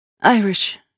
Irish